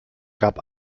gab